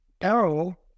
arrow